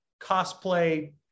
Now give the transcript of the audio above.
cosplay